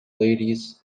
ladies